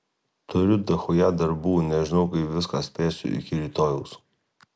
turiu dachuja darbų nežinau kaip viską spėsiu iki rytojaus